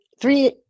three